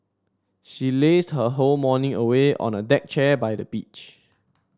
she lazed her whole morning away on a deck chair by the beach